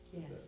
yes